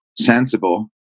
sensible